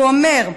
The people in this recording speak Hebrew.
והוא אומר: